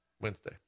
wednesday